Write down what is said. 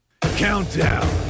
Countdown